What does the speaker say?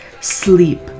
sleep